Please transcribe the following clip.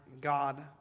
God